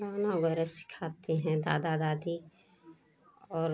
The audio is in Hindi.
गाना वगैरह सिखाती हैं दादा दादी और